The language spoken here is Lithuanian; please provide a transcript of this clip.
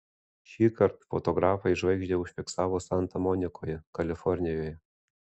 šįkart fotografai žvaigždę užfiksavo santa monikoje kalifornijoje